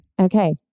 Okay